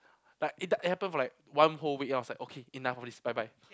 like it it happened for like one whole week and I was like okay enough of this bye bye